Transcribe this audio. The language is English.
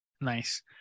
Nice